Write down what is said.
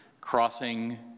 crossing